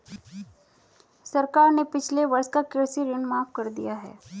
सरकार ने पिछले वर्ष का कृषि ऋण माफ़ कर दिया है